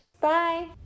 Bye